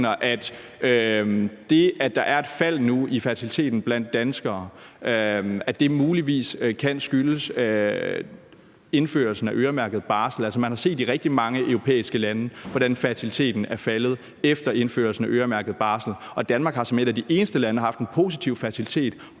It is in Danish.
at det, at der er et fald nu i fertiliteten blandt danskere, muligvis kan skyldes indførelsen af øremærket barsel. Altså, man har set i rigtig mange europæiske lande, hvordan fertiliteten er faldet efter indførelsen af øremærket barsel, og Danmark har som et af de eneste lande haft en positiv fertilitet,